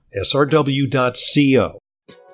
srw.co